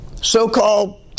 so-called